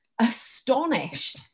astonished